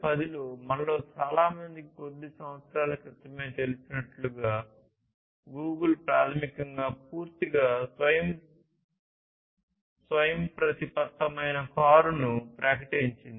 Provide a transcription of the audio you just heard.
2010 లో మనలో చాలా మందికి కొద్ది సంవత్సరాల క్రితమే తెలిసినట్లుగా గూగుల్ ప్రాథమికంగా పూర్తిగా స్వయంప్రతిపత్తమైన కారును ప్రకటించింది